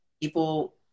people